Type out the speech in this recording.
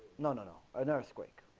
no no an earthquake